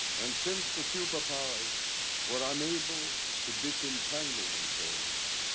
and since the superpowers were unable to disentangle themselves,